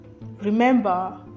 Remember